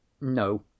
No